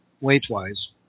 weight-wise